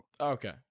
Okay